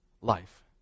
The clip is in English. life